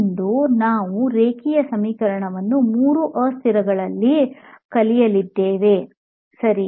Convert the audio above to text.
ಇಂದು ನಾವು ರೇಖೀಯ ಸಮೀಕರಣವನ್ನು ಮೂರು ಅಸ್ಥಿರಗಳಲ್ಲಿ ಕಲಿಯಲಿದ್ದೇವೆ ಸರಿ